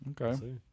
Okay